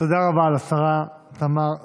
תודה רבה לשרה תמר זנדברג.